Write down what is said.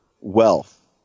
wealth